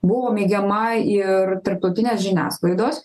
buvo mėgiama ir tarptautinės žiniasklaidos